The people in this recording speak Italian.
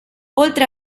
oltre